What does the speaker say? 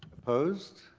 opposed.